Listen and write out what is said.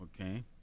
okay